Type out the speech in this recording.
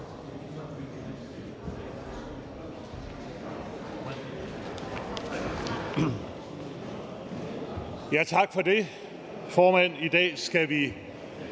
(S): Tak for det, formand. I dag skal vi